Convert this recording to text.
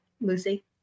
Lucy